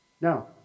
Now